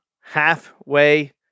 halfway